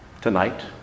tonight